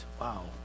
wow